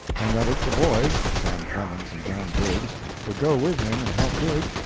and that if the boys sam clemens and john briggs would go with him and help dig,